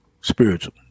spiritual